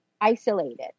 isolated